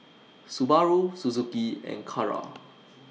Subaru Suzuki and Kara